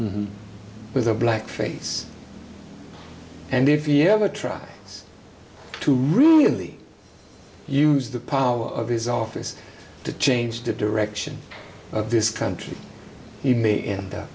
with a black face and if you ever try to really use the power of his office to change the direction of this country you may end up